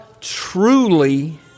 truly